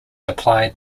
applied